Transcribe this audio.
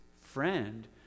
friend